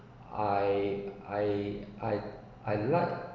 I I I I like